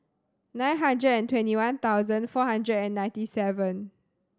nine hundred and twenty one thousand four hundred and ninety seven